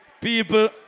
People